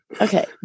Okay